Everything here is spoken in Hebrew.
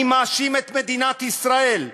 אני מאשים את מדינת ישראל,